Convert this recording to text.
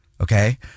Okay